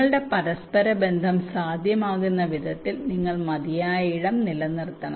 നിങ്ങളുടെ പരസ്പരബന്ധം സാധ്യമാകുന്ന വിധത്തിൽ നിങ്ങൾ മതിയായ ഇടം നിലനിർത്തണം